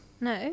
No